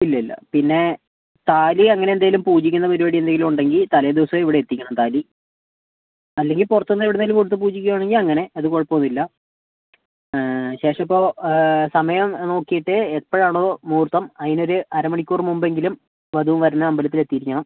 ഇല്ലില്ല പിന്നെ താലി അങ്ങനെന്തെങ്കിലും പൂജിക്കുന്ന പരിപാടി എന്തെങ്കിലും ഉണ്ടെങ്കിൽ തലേ ദിവസമേ ഇവിടെ എത്തിക്കണം താലി അല്ലെങ്കിൽ പുറത്തുനിന്ന് എവിടെനിന്നെങ്കിലും കൊടുത്ത് പൂജിക്കുവാണെങ്കിൽ അങ്ങനെ അത് കുഴപ്പമൊന്നും ഇല്ല ശേഷം ഇപ്പോൾ സമയം നോക്കിയിട്ട് എപ്പോഴാണോ മുഹൂർത്തം അതിന് ഒരു അരമണിക്കൂർ മുൻപെങ്കിലും വധുവും വരനും അമ്പലത്തിൽ എത്തിയിരിക്കണം